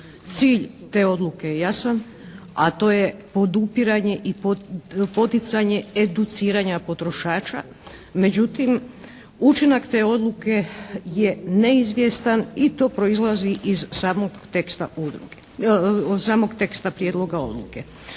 Cilj te odluke je jasan a to je podupiranje i poticanje educiranja potrošača međutim učinak te odluke je neizvjestan i to proizlazi iz samog teksta udruge.